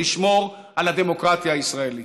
לשמור על הדמוקרטיה הישראלית.